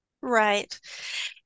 Right